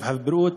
הרווחה והבריאות,